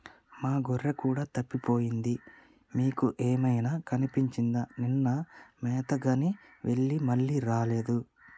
మా గొర్రె కూడా తప్పిపోయింది మీకేమైనా కనిపించిందా నిన్న మేతగాని వెళ్లి మళ్లీ రాలేదు